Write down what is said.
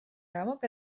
рамок